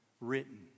written